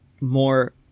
more